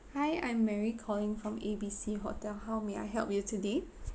hi I'm mary calling from A B C hotel how may I help you today